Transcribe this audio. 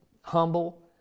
humble